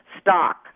stock